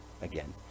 again